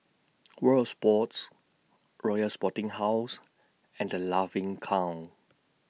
World of Sports Royal Sporting House and The Laughing Cow